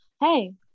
hey